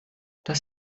das